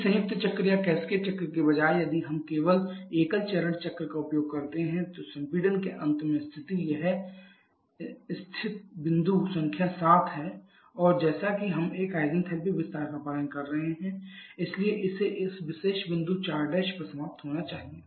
इस संयुक्त चक्र या कैस्केड चक्र के बजाय यदि हम केवल एकल चरण चक्र का उपयोग कर रहे हैं तो संपीड़न के अंत में स्थित यह बिंदु संख्या 7 है और जैसा कि हम एक isenthalpic विस्तार का पालन कर रहे हैं इसलिए इसे इस विशेष बिंदु 4' पर समाप्त होना चाहिए